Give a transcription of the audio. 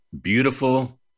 beautiful